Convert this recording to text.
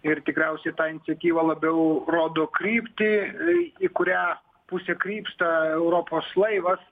ir tikriausiai ta iniciatyva labiau rodo kryptį į kurią pusę krypsta europos laivas